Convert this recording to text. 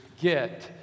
get